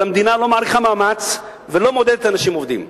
אבל המדינה לא מעריכה מאמץ ולא מעודדת אנשים עובדים.